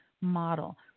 model